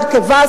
הרכבה,